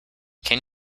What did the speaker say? can